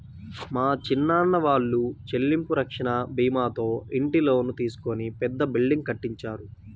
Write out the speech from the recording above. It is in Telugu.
మా చిన్నాన్న వాళ్ళు చెల్లింపు రక్షణ భీమాతో ఇంటి లోను తీసుకొని పెద్ద బిల్డింగ్ కట్టించారు